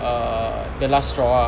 err the last straw ah